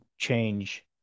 change